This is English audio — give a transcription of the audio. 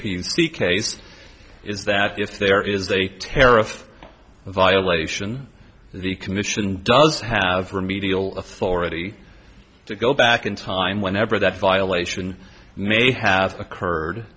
p c case is that if there is a tariff violation the commission does have remedial authority to go back in time whenever that violation may have occurred